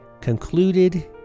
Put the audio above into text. concluded